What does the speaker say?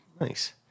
Nice